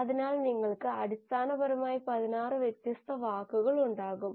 അതിനാൽ നിങ്ങൾക്ക് അടിസ്ഥാനപരമായി 16 വ്യത്യസ്ത വാക്കുകൾ ഉണ്ടാകും